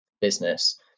business